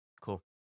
Cool